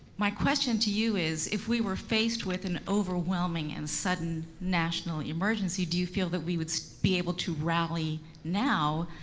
my question to you is, if we were faced with an overwhelming and sudden national emergency, do you feel that we would so be able to rally now,